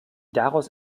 daraus